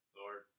Lord